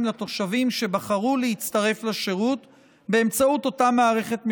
לתושבים שבחרו להצטרף לשירות באמצעות אותה מערכת מאושרת.